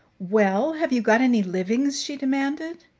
well, have you got any livings? she demanded.